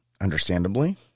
understandably